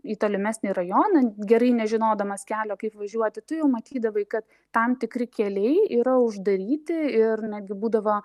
į tolimesnį rajoną gerai nežinodamas kelio kaip važiuoti tu jau matydavai kad tam tikri keliai yra uždaryti ir netgi būdavo